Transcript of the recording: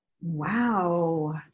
Wow